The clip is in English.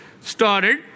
started